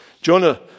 Jonah